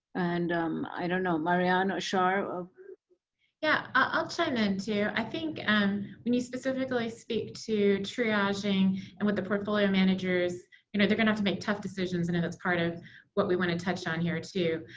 and um i don't know, marianne or shar? i'll yeah i'll turn chime in too. i think and when you specifically speak to triaging and what the portfolio managers you know they're going have to make tough decisions. and that's part of what we want to touch on here too.